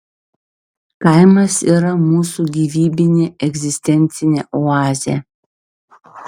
kaimas yra mūsų gyvybinė egzistencinė oazė